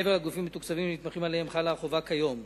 מעבר לגופים מתוקצבים ונתמכים שעליהם חלה החובה כיום.